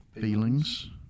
feelings